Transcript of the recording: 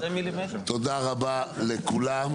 תודה רבה לכולם.